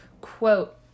quote